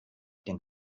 den